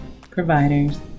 providers